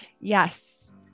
Yes